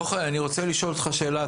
יוחאי אני רוצה לשאול אותך שאלה,